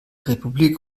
republik